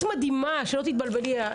את מדהימה שלא תתבלבלי,